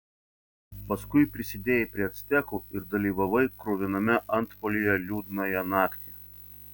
paskui prisidėjai prie actekų ir dalyvavai kruviname antpuolyje liūdnąją naktį